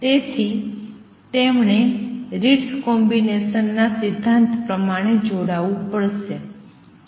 તેથી તેમણે Ritz combination ના સિદ્ધાંત પ્રમાણે જોડાવું પડશે